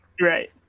right